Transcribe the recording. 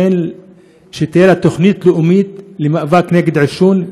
שתהיה לה תוכנית לאומית למאבק בעישון,